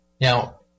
Now